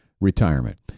retirement